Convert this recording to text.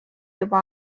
juba